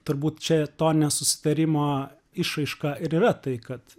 turbūt čia to nesusitarimo išraiška ir yra tai kad